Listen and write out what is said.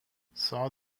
saw